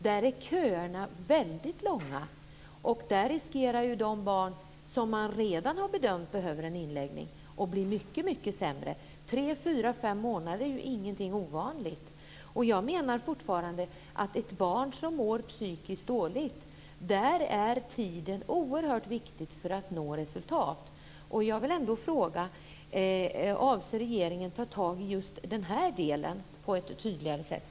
Där är köerna väldigt långa, tre fyra fem månader är ju inte ovanligt. De barn som man redan har bedömt behöver läggas in riskerar att bli mycket sämre. Jag menar att för ett barn som mår psykiskt dåligt är tiden oerhört viktig för att man ska nå resultat. Avser regeringen att ta tag i just den delen på ett tydligare sätt?